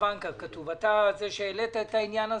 אתה זה שהעלית את העניין הזה,